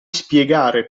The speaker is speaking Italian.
spiegare